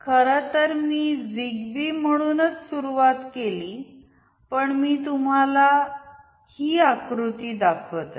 खरं तर मी झिगबी म्हणुनच सुरुवात केली पण मी तुम्हाला ही आक्रुती दाखवत आहे